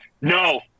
No